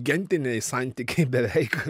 gentiniai santykiai beveik